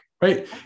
Right